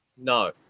No